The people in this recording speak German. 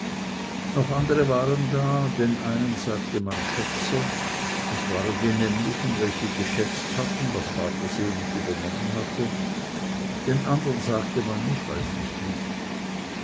noch andere waren da den einen sagte man schätzer es waren die nämlichen welche geschätzt was vater sel übernommen hatte den andern sagte man ich weiß nicht wie